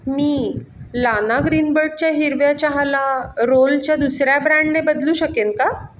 मी लाना ग्रीनबडच्या हिरव्या चहाला रोलच्या दुसऱ्या ब्रँडने बदलू शकेन का